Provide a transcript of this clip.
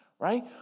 right